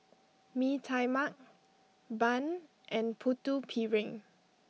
Mee Tai Mak Bun and Putu Piring